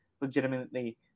legitimately